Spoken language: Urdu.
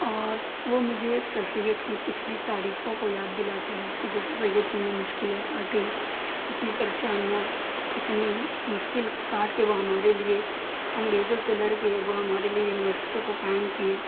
اور وہ مجھے سر سید کی پچھلی تاریخوں کو یاد دلاتا ہے کہ جیسے سر سید نے مشکلیں کاٹیں اتنی پریشانیاں اتنی مشکل کاٹ کے وہ ہمارے لیے انگریزوں سے لڑ کے وہ ہمارے لیے یونیورسٹی کو قائم کیے